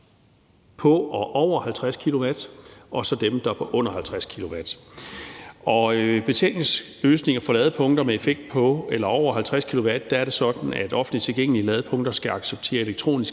på 50 kW og derover og så dem, der er på under 50 kW. I forhold til betalingsløsninger for ladepunkter med en effekt på eller over 50 kW er det sådan, at offentligt tilgængelige ladepunkter skal acceptere elektronisk